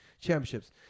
championships